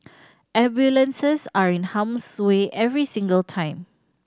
ambulances are in harm's way every single time